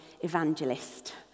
evangelist